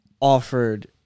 offered